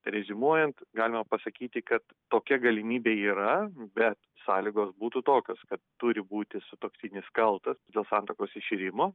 reziumuojant galima pasakyti kad tokia galimybė yra bet sąlygos būtų tokios kad turi būti sutuoktinis kaltas dėl santuokos iširimo